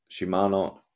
Shimano